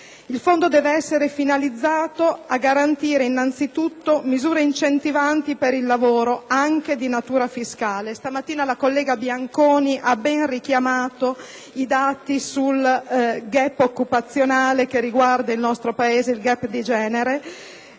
Il fondo deve essere finalizzato a garantire innanzi tutto misure incentivanti per il lavoro, anche di natura fiscale. Stamattina la collega Bianconi ha ben richiamato i dati sul *gap* occupazionale che riguarda il nostro Paese*,* un *gap* di genere.